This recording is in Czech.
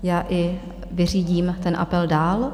Já i vyřídím ten apel dál.